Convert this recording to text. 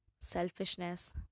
selfishness